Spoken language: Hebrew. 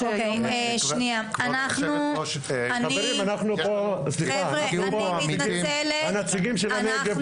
חברים, אנחנו פה, הנציגים של הנגב.